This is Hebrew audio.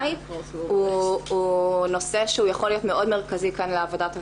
הוא נושא שיכול להיות מאוד מרכזי כאן לעבודת הוועדה.